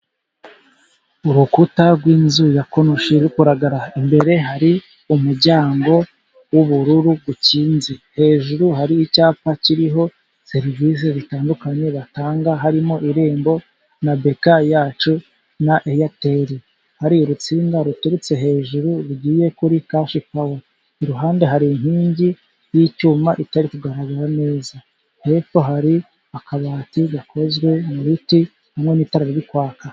Urukuta rwinzu ya konoshi ruri kugaragara imbere hari umuryango w'ubururu ukinze, hejuru hari icyapa kiriho serivisi zitandukanye batanga harimo irembo, na Beka yacu na Eyateli. hari urutsinga ruturutse hejuru rugiye kuri kashipawa, iruhande hari inkingi y'icyuma itari kugaragara neza, hepfo hari akabati gakozwe mu biti karimo n'itara riri kwaka.